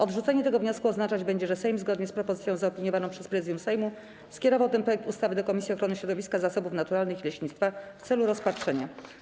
Odrzucenie tego wniosku oznaczać będzie, że Sejm, zgodnie z propozycją zaopiniowaną przez Prezydium Sejmu, skierował ten projekt ustawy do Komisji Ochrony Środowiska, Zasobów Naturalnych i Leśnictwa w celu rozpatrzenia.